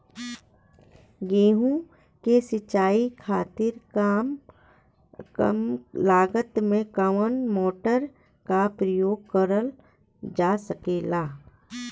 गेहूँ के सिचाई खातीर कम लागत मे कवन मोटर के प्रयोग करल जा सकेला?